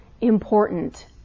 important